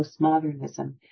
postmodernism